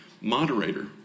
moderator